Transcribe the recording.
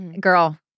girl